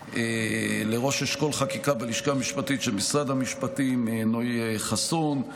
לראש אשכול חקיקה בלשכה המשפטית של משרד המשפטים נוי חסון,